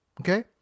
okay